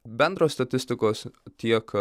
bendros statistikos tiek